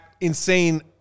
insane